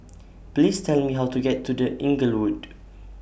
Please Tell Me How to get to The Inglewood